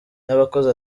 n’abakozi